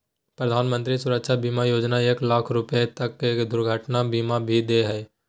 प्रधानमंत्री सुरक्षा बीमा योजना एक लाख रुपा तक के दुर्घटना बीमा भी दे हइ